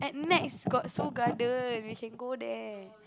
at Nex got Seoul-Garden we can go there